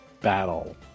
battle